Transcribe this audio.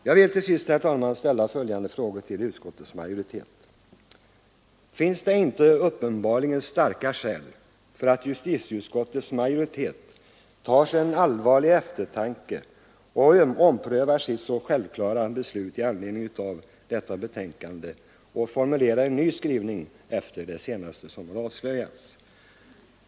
Jag vill till sist, herr talman, ställa följande frågor till utskottets majoritet: Finns det inte uppenbarligen starka skäl för att justitieutskottets majoritet med allvarlig eftertanke omprövar sitt självsäkra ställningstagande i detta betänkande och formulerar en ny skrivning efter det som senast har avslöjats?